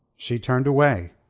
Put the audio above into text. she turned away,